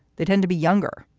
they tend to be younger,